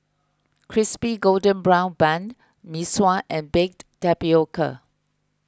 Crispy Golden Brown Bun Mee Kuah and Baked Tapioca